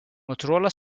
motorola